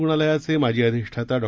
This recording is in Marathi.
रुग्णालयाचे माजी अधिष्ठाता डॉ